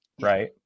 Right